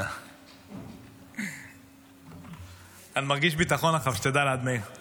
אני אשמח שתיקח את זה ברצינות ותעביר את זה.